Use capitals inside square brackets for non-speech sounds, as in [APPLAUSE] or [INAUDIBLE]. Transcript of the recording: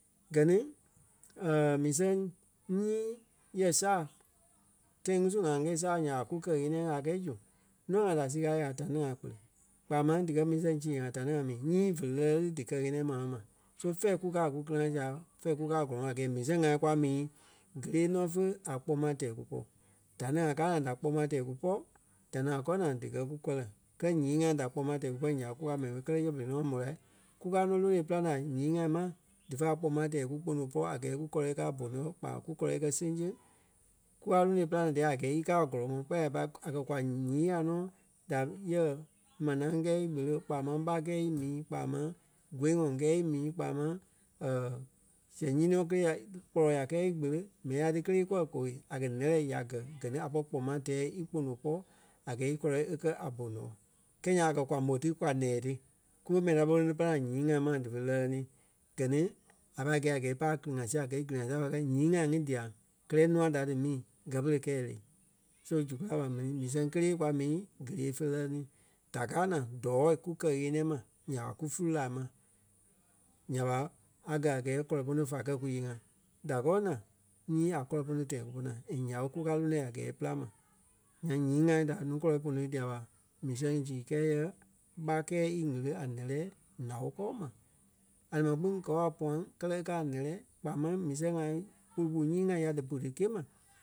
Gɛ ni [HESITATION] mii sɛŋ nyii yɛ saa tãi ŋí su ŋa ńyɛɛ saa nya ɓa kú kɛ-ɣeniɛi ŋai kɛ́ zu nûa ŋai da sikalee ŋai ta ní ŋai kpele kpaa máŋ díkɛ mii sɛŋ sii ŋai ta ni ŋai mii nyii fe nɛ́lɛɛ ni dí kɛ-ɣeniɛi maa mɛni ma. So fɛ̀ɛ kukaa a kú gili-ŋa sia fɛ̂ɛ kukaa a gɔlɔŋɔɔ a gɛɛ mii sɛŋ ŋai kwa mii kélee nɔ fo a kpoma tɛɛ kúpɔ. Da ní ŋai káa naa da kpoma tɛɛ kúpɔ da ní ŋai kɔɔ naa díkɛ kú kɔlɔ. Kɛlɛ nyii ŋai da kpoma tɛɛ kúpɔ ya ɓé kukaa mɛni ɓo kɛlɛ yɛ berei nɔ e mó lai kukaa nɔ lóno e pîlaŋ la ǹyii ŋai ma dífa kpoma tɛɛ kpono pɔ́ a gɛɛ ku kɔlɛ e kɛ̀ a bonoɔɔ kpa ku kɔlɛ kɛ́ seŋsẽŋ. Kukaa lonôi e pîlaŋ la dia a gɛɛ í káa a gɔlɔŋɔɔ kpɛɛ la ya pâi a kɛ̀ kwa ǹyii ŋai nɔ da yɛ manaa kɛɛ í kpele kpaa máŋ ɓá kɛɛ i mii kpaa máŋ gói ŋɔi kɛɛ í mii kpaa máŋ [HESITATION] sɛŋ nyii nɔ kélee ya kpɔlɔya kɛɛ í kpele mɛni ŋai ti kelee kúwɔ gowei a kɛ̀ nɛ́lɛɛ ya gɛ́ gɛ ni a pɔri kpoma tɛɛ íkpono pɔ́ a gɛɛ í kɔlɛɛ e kɛ̀ bonoɔɔ. Kɛɛ nyaŋ a kɛ̀ kwa môi ti kwa ǹɛɛ ti kufe mɛni ta mó ti e pîlaŋ la ǹyii ŋai ma dífe nɛ́lɛɛ ni. Gɛ ni a pai gɛi a gɛɛ e pai a kili-ŋa sia gɛi gili-ŋa sia pai gɛi ǹyii ŋai ŋí dia kɛlɛ nûa da dí mii gɛ́ pere kɛɛ le. So zu kulai ɓa mɛni mii sɛŋ kélee kwa mii kélee fé nɛlɛɛ ni. Da káa naa dɔɔi kú kɛ ɣeniɛi ma nya ɓa kú fúlu-laa ma. Nya ɓa a gaa a gɛɛ kɔɔ pono fe kɛ̀ kúyee-ŋa. Da kɔɔ naa nyii a kɔlɔ pono tɛɛ kúpɔ naa and nya ɓé kukaa lonôi a gɛɛ e pîlaŋ ma. Nyaŋ ǹyii ŋai da nuu kɔlɔ póno dia ɓa mii sɛŋ sii kɛɛ yɛ ɓá kɛɛ í ɣili a nɛ́lɛɛ ǹao kɔɔ ma a ni ma kpîŋ kɔɔ a pûaŋ kɛlɛ e káa a nɛ́lɛɛ kpaa máŋ mii sɛŋ ŋai kolo polu nyii ŋai ya dí pú dikîa ma